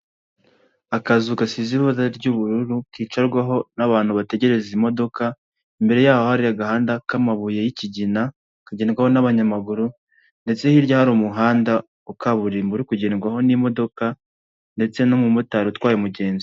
Akazu gasize ibara ry'ubururu kicarwaho n'abantu bategereza imodoka imbere yaho hari agahanda k'amabuye y'ikigina kagendwaho n'abanyamaguru ndetse hirya hari umuhanda wa kaburimbo uri kugendwaho n'imodoka ndetse n'umumotari utwaye umugenzi.